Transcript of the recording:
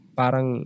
parang